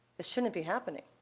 this shouldn't be happening,